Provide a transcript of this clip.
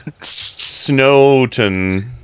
Snowton